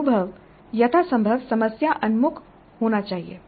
अनुभव यथासंभव समस्या उन्मुख होना चाहिए